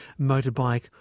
motorbike